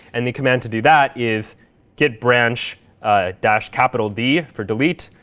and the command to do that is git branch dash capital d, for delete,